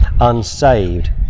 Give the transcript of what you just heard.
unsaved